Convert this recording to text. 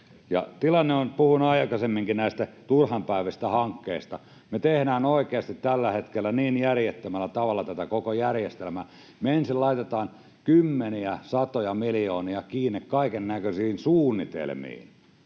Olen puhunut aikaisemminkin turhanpäiväisistä hankkeista. Me tehdään oikeasti tällä hetkellä niin järjettömällä tavalla tätä koko järjestelmää. Me ensin laitetaan kymmeniä, satoja miljoonia kiinni kaikennäköisiin suunnitelmiin,